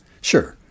Sure